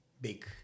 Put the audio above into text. big